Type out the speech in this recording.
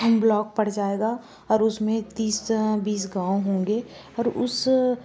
block पड़ जाएगा और उसमें तीस बीस गाँव होंगे और उस